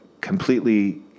completely